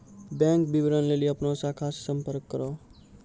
bank विबरण लेली अपनो शाखा से संपर्क करो